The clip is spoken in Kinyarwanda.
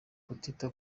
kutita